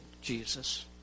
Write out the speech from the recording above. Jesus